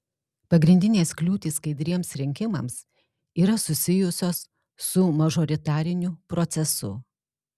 pagrindinės kliūtys skaidriems rinkimams yra susijusios su mažoritariniu procesu